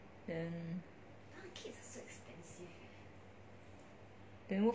then